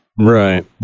Right